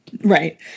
Right